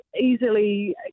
easily